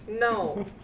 No